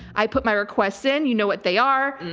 i put my requests in you know what they are.